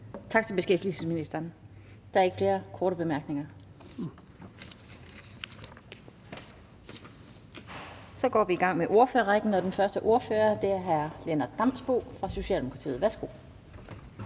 Tak til beskæftigelsesministeren. Der er ikke flere korte bemærkninger. Så går vi i gang med ordførerrækken, og den første ordfører er hr. Lennart Damsbo-Andersen fra Socialdemokratiet. Værsgo.